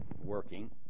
working